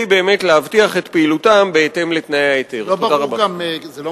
הרעיון של ההיתר המזורז הוא רעיון שיהיה